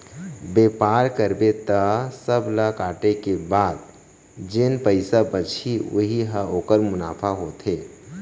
बेपार करबे त सब ल काटे के बाद जेन पइसा बचही उही ह ओखर मुनाफा होथे